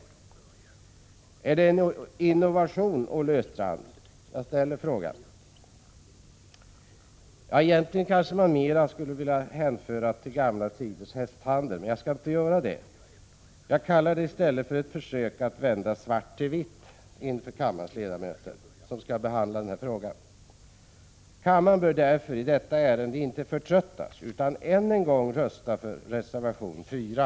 Jagställer frågan: Är detta en innovation, Olle Östrand? Man skulle kunna påstå att det mera är att hänföra till gamla tiders hästhandel, men jag vill kalla det för ett försök att vända svart till vitt inför kammarens ledamöter, som skall ta ställning till frågan. Kammaren bör därför inte förtröttas, utan än en gång rösta för det förslag som i detta betänkande framförts i reservation 4.